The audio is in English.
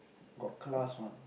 got class one